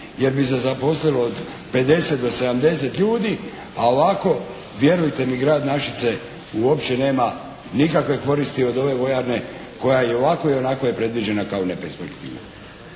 jer bi se zaposlilo od 50 do 70 ljudi, a ovako vjerujte mi grad Našice uopće nema nikakve koristi od ove vojarne koja i ovako i onako je predviđena kao neperspektivna.